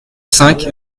cinq